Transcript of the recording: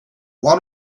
one